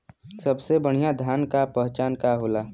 सबसे बढ़ियां धान का पहचान का होला?